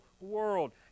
world